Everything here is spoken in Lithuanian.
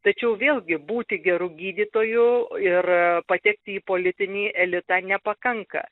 tačiau vėlgi būti geru gydytoju ir patekti į politinį elitą nepakanka